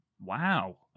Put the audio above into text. Wow